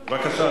בבקשה,